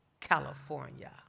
California